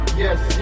yes